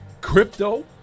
crypto